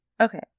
Okay